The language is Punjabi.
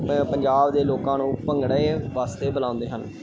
ਪ ਪੰਜਾਬ ਦੇ ਲੋਕਾਂ ਨੂੰ ਭੰਗੜੇ ਵਾਸਤੇ ਬੁਲਾਉਂਦੇ ਹਨ